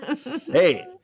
Hey